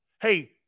Hey